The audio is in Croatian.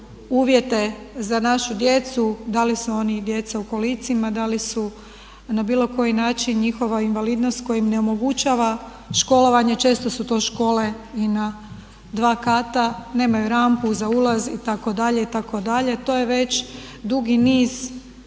uvjete za našu djecu, da li su oni i djeca u kolicima, da li su na bilo koji način njihova invalidnost koja im ne omogućava školovanje, često su to škole i na dva kata, nemaju rampu za ulaz itd., itd. To je već i dugi niz godina,